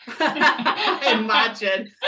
imagine